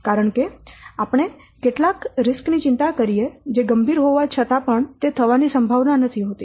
કારણ કે આપણે કેટલાક જોખમો ની ચિંતા કરીએ જે ગંભીર હોવા છતાં પણ તે થવાની સંભાવના નથી હોતી